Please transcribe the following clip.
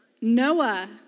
Noah